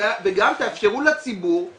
וגם יש שימוע,